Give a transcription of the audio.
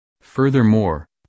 Furthermore